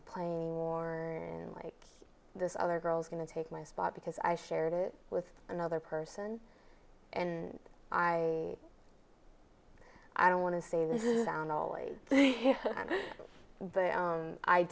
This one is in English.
to play anymore and like this other girls going to take my spot because i shared it with another person and i i don't want to say